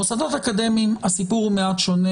במוסדות אקדמיים הסיפור הוא מעט שונה.